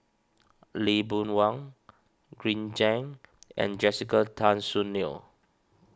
Lee Boon Wang Green Zeng and Jessica Tan Soon Neo